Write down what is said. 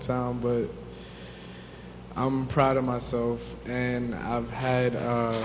time but i'm proud of myself and i've had a